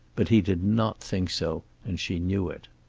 but he did not think so, and she knew it.